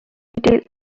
details